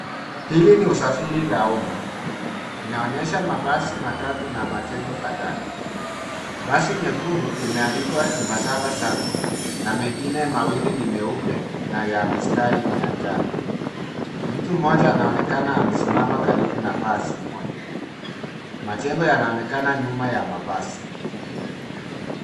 Hili ni usafiri la umma linaonyesha mabasi matatu na majengo kadhaa. Basi nyekundu limeandikwa Embasava Sacco na mengine mawili ni meupe na ya mistari ya njano. Mtu mmoja anaonekana amesimama karibu na basi moja. Majengo yanaonekana nyuma ya mabasi.